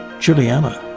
giuliano,